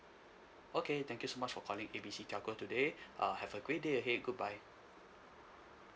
okay thank you so much for calling A B C telco today uh have a great day ahead goodbye